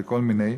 לכל מיני,